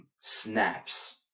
snaps